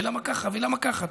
ולמה ככה ולמה ככה.